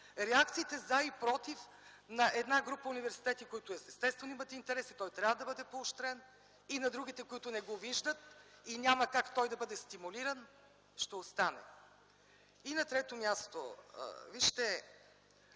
реакциите „за” и „против” на една група университети, които естествено имат интерес и той трябва да бъде поощрен, и на другите, които не го виждат, и няма как той да бъде стимулиран, ще останат. И на трето място, вижте,